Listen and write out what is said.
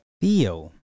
Theo